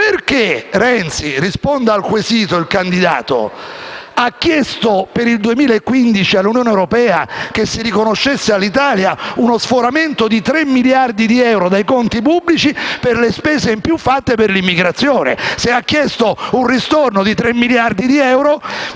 perché Renzi - risponda al quesito il candidato - ha chiesto per il 2015 all'Unione europea che si riconoscesse all'Italia uno sforamento di 3 miliardi di euro dai conti pubblici per le spese in più fatte per l'immigrazione? *(Applausi dal Gruppo